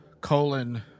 colon